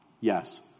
Yes